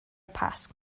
pasg